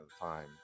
time